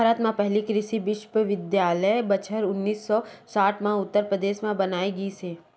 भारत म पहिली कृषि बिस्वबिद्यालय बछर उन्नीस सौ साठ म उत्तर परदेस म बनाए गिस हे